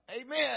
Amen